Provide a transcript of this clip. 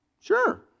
sure